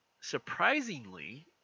surprisingly